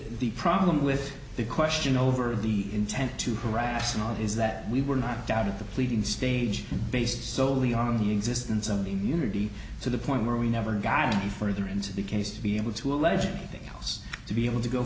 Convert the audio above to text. the problem with the question over the intent to the rational is that we were knocked out of the pleading stage based solely on the existence of the immunity to the point where we never got any further into the case to be able to allegedly think to be able to go